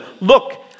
look